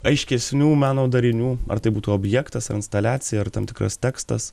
aiškesnių meno darinių ar tai būtų objektas ar instaliacija ar tam tikras tekstas